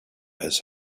his